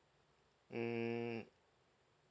mm